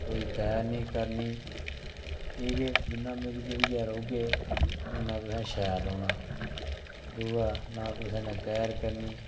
कोई बैर नेईं करनी की के जिन्ना मिली जुली रौह्गे उन्ना तुसें शैल रौह्ना दूआ नां कुसै कन्नै बैर करनी